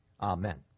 amen